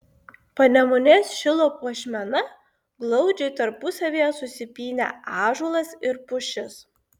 panemunės šilo puošmena glaudžiai tarpusavyje susipynę ąžuolas ir pušis